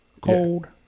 cold